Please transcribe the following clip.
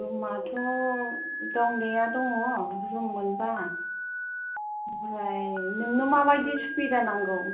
रुमाथ' दंनाया दङ रुम मोनबा आमफ्राय नोंनो मा बायदि सुबिदा नांगौ